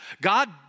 God